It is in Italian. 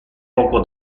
poco